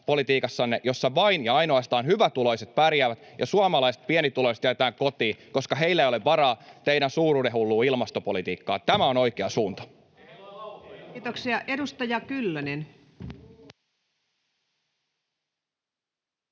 jossa vain ja ainoastaan hyvätuloiset pärjäävät ja suomalaiset pienituloiset jätetään kotiin, koska heillä ei ole varaa teidän suuruudenhulluun ilmastopolitiikkaanne. Tämä on oikea suunta. [Timo Harakka: